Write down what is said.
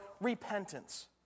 repentance